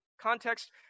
context